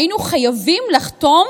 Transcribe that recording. היינו חייבים לחתום,